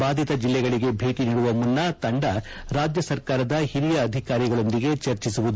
ಬಾಧಿತ ಜಿಲ್ಲೆಗಳಿಗೆ ಭೇಟಿ ನೀಡುವ ಮುನ್ನ ತಂಡ ರಾಜ್ಯ ಸರ್ಕಾರದ ಹಿರಿಯ ಅಧಿಕಾರಿಗಳೊಂದಿಗೆ ಚರ್ಚಿಸುವುದು